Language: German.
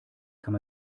kann